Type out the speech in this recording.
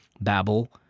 Babel